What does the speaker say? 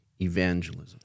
evangelism